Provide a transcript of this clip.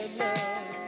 love